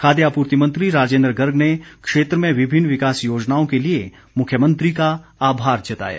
खाद्य आपूर्ति मंत्री राजेंद्र गर्ग ने क्षेत्र में विभिन्न विकास योजनाओं के लिए मुख्यमंत्री का आभार जताया